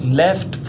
left